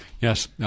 Yes